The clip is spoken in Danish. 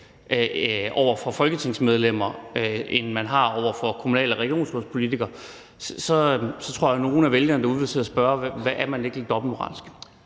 et folketingsmedlem, end man har over for kommunal- og regionsrådspolitikere, så tror jeg, at nogle af vælgerne derude vil spørge, om man ikke er lidt dobbeltmoralsk.